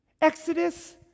exodus